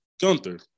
Gunther